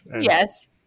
Yes